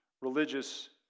religious